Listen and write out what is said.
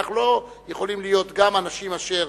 אנחנו לא יכולים להיות גם אנשים אשר